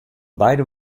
beide